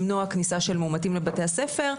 למנוע כניסה של מאומתים לבתי הספר,